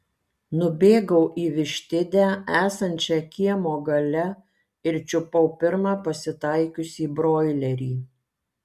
nubėgau į vištidę esančią kiemo gale ir čiupau pirmą pasitaikiusį broilerį